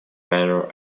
banner